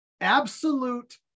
absolute